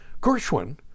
Gershwin